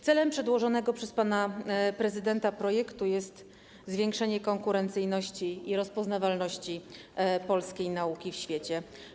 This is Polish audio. Celem przedłożonego przez pana prezydenta projektu jest zwiększenie konkurencyjności i rozpoznawalności polskiej nauki w świecie.